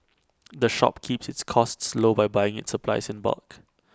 the shop keeps its costs low by buying its supplies in bulk